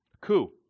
Coup